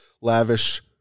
lavish